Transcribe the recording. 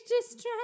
distress